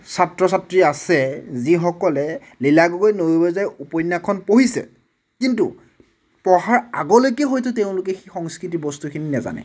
ছাত্ৰ ছাত্ৰী আছে যিসকলে লীলা গগৈৰ নৈ বৈ যায় উপন্য়াসখন পঢ়িছে কিন্তু পঢ়াৰ আগলৈকে হয়তো তেওঁলোকে সেই সংস্কৃতিৰ বস্তুখিনি নাজানে